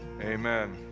Amen